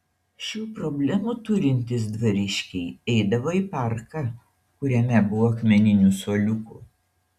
šių problemų turintys dvariškiai eidavo į parką kuriame buvo akmeninių suoliukų